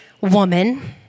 woman